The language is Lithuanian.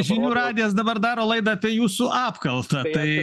žinių radijas dabar daro laidą apie jūsų apkaltą tai